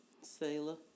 Sailor